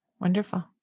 Wonderful